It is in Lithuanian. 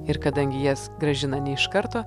ir kadangi jas grąžina ne iš karto